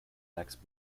lacks